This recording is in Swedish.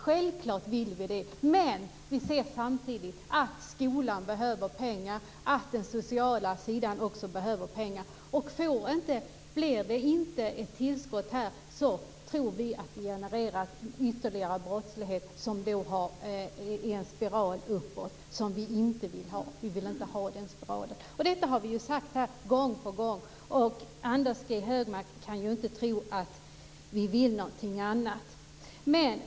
Samtidigt ser vi att skolan och den sociala sidan behöver pengar. Om det inte blir något tillskott där tror vi att det genererar ytterligare brottslighet, i en uppåtgående spiral. Den spiralen vill vi inte ha. Detta har vi sagt gång på gång. Anders G Högmark kan inte tro att vi vill någonting annat.